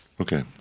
Okay